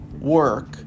work